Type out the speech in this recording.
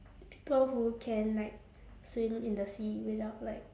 people who can like swim in the sea without like